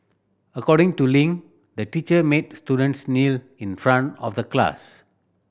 according to Ling the teacher made students kneel in front of the class